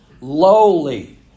Lowly